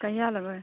कहिया लेबै